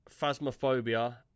Phasmophobia